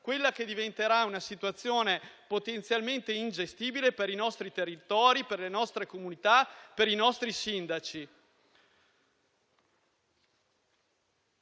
quella che diventerà una situazione potenzialmente ingestibile per i nostri territori, per le nostre comunità e per i nostri sindaci.